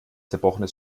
zerbrochene